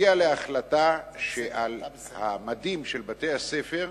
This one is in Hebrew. הגיע להחלטה שעל המדים של בתי-הספר